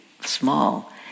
Small